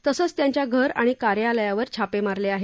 तसंच त्यांच्या घर आणि कार्यालयावर छापे मारले आहेत